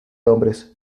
hombres